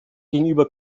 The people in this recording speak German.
gegenüber